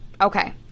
okay